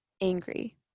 angry